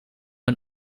een